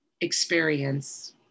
experience